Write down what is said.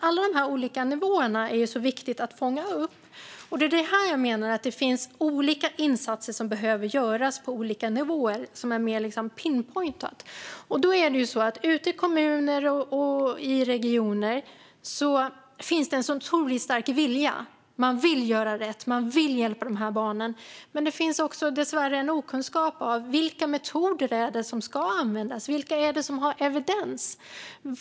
Alla dessa olika nivåer är viktiga att fånga upp. Det är detta jag menar: att olika insatser behöver göras på olika nivåer, mer pin-pointat. Ute i kommuner och regioner finns det en otroligt stark vilja; man vill göra rätt, och man vill hjälpa de här barnen. Men det finns också dessvärre en okunskap om vilka metoder som ska användas och vilka det finns evidens för.